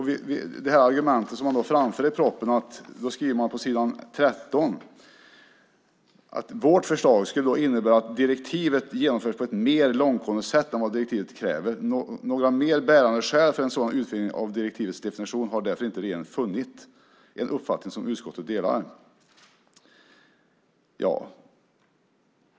Man skriver på s. 13 i propositionen att vårt förslag skulle innebära att direktivet genomförs på ett mer långtgående sätt än vad direktivet kräver. Några mer bärande skäl för en sådan utvidgning av direktivets definition har därför regeringen inte funnit. Det är en uppfattning som utskottet delar.